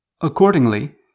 Accordingly